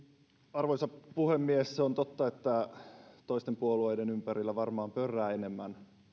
arvoisa puhemies se on totta että toisten puolueiden ympärillä varmaan pörrää enemmän